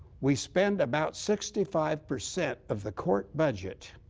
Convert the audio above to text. we spend about sixty five percent of the court budget